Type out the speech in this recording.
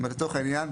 אבל לצורך העניין,